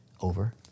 over